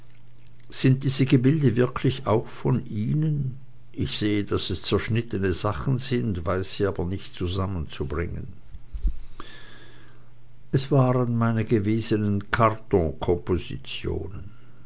sind diese gebilde wirklich auch von ihnen ich sehe daß es zerschnittene sachen sind weiß sie aber nicht zusammenzubringen es waren meine gewesenen